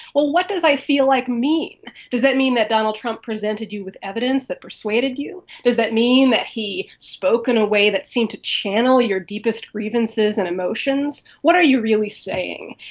well, what does i feel like mean? does that mean that donald trump presented you with evidence that persuaded you? does that mean that he spoke in a way that seemed to channel your deepest grievances and emotions? what are you really saying?